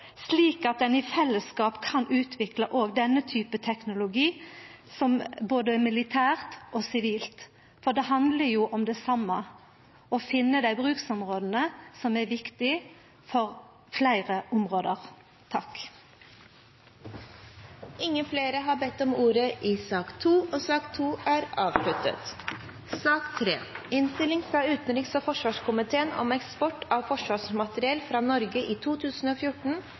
slik at ein i fellesskap kan utvikla òg denne typen teknologi både militært og sivilt, for det handlar om det same – å finna dei bruksområda som er viktige for fleire. Flere har ikke bedt om ordet til sak nr. 2. Etter ønske fra utenriks- og forsvarskomiteen vil presidenten foreslå at taletiden blir begrenset til 5 minutter til hver partigruppe og 5 minutter til medlemmer av